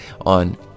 on